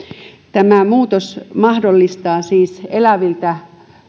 tämä muutos mahdollistaa siis eläviltä